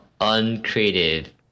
uncreative